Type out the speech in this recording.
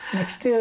Next